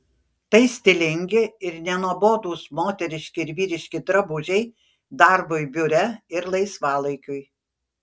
tai stilingi ir nenuobodūs moteriški ir vyriški drabužiai darbui biure ir laisvalaikiui